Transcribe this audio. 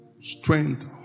strength